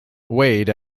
weighed